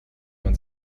man